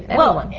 well,